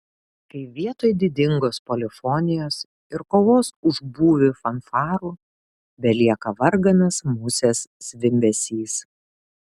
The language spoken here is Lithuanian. kai vietoj didingos polifonijos ir kovos už būvį fanfarų belieka varganas musės zvimbesys